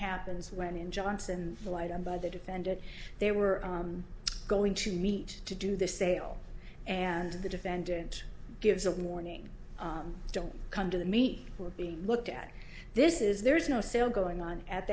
happens when in johnson relied on by the defendant they were going to meet to do the sale and the defendant gives a morning don't come to the meet we're being looked at this is there is no sale going on at